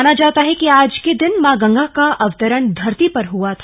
माना जाता है कि आज के दिन मां गंगा का अवतरण धरती पर हुआ था